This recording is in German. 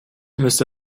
müsste